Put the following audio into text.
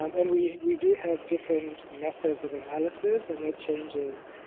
um and we we do have different methods of analysis and it changes.